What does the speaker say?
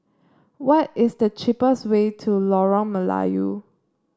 what is the cheapest way to Lorong Melayu